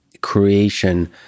creation